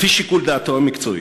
לפי שיקול דעתו המקצועי".